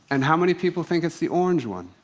and how many people think it's the orange one?